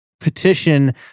petition